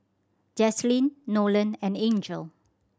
Jaslene Nolen and Angel